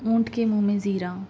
اونٹ کے مُنہ میں زیرہ